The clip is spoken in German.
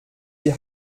die